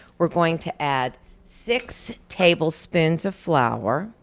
we're going to add six tablespoons of flour,